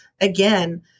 again